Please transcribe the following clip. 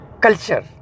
culture